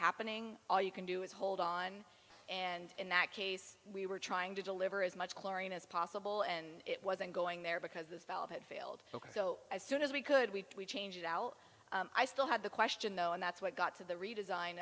happening all you can do is hold on and in that case we were trying to deliver as much chlorine as possible and it wasn't going there because this valve had failed ok so as soon as we could we changed out i still had the question though and that's what got to the redesign